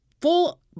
full